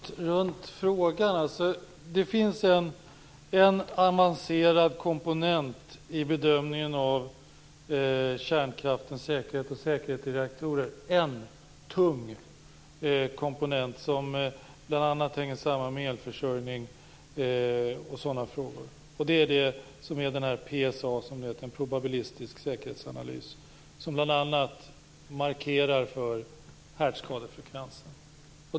Fru talman! Dan Ericsson går runt frågan. Det finns en avancerad komponent i bedömningen av kärnkraftens säkerhet och säkerheten i reaktorer, en tung komponent som bl.a. hänger samman med elförsörjning och sådana frågor. Det är PSA, en probabilistisk säkerhetsanalys, som bl.a. markerar för härdskadefrekvensen.